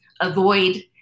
avoid